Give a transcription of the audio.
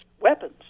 weapons